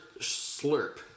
slurp